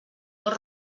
dos